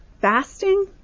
Fasting